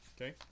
okay